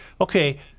Okay